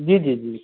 جی جی جی